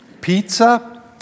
pizza